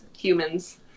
humans